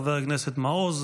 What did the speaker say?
חבריי חברי הכנסת,